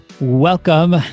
Welcome